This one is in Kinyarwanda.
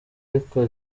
ariko